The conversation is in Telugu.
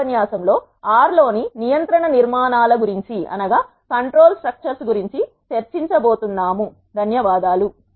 తదుపరి ఉపన్యాసంలో ఆర్ R లోని నియంత్రణ నిర్మాణాల గురించి చర్చించ బోతున్నాం